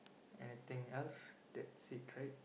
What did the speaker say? anything else that secret